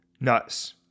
nuts